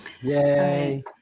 Yay